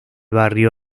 barrio